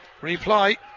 reply